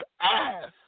ass